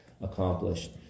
accomplished